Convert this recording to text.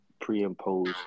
pre-imposed